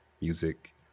music